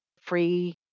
free